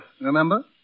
remember